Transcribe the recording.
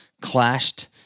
clashed